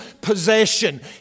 possession